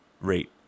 rate